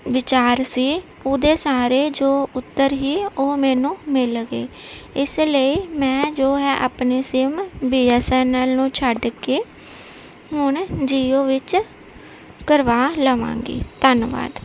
ਵਿਚਾਰ ਸੀ ਉਹਦੇ ਸਾਰੇ ਜੋ ਉੱਤਰ ਸੀ ਉਹ ਮੈਨੂੰ ਮਿਲ ਗਏ ਇਸ ਲਈ ਮੈਂ ਜੋ ਹੈ ਆਪਣੀ SIM B S N L ਨੂੰ ਛੱਡ ਕੇ ਹੁਣ ਜੀਓ ਵਿੱਚ ਕਰਵਾ ਲਵਾਂਗੀ ਧੰਨਵਾਦ